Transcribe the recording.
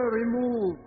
remove